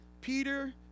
Peter